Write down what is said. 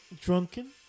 Drunken